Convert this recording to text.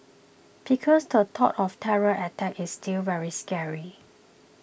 because the thought of terror attacks is still very scary